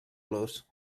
los